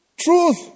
Truth